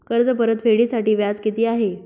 कर्ज परतफेडीसाठी व्याज किती आहे?